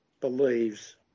believes